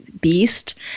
beast